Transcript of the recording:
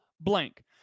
blank